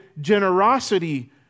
generosity